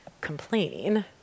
complaining